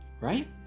Right